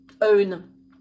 own